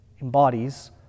embodies